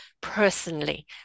personally